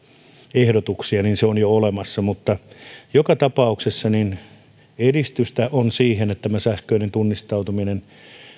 ehdotuksia on jo olemassa joka tapauksessa edistystä on siihen että tämä sähköinen tunnistautuminen